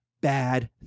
bad